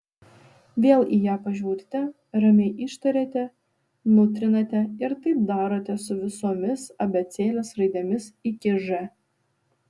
vėl į ją pažiūrite ramiai ištariate nutrinate ir taip darote su visomis abėcėlės raidėmis iki ž